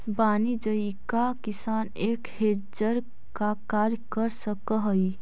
वाणिज्यिक किसान एक हेजर का कार्य कर सकअ हई